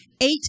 eight